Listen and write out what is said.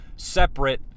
separate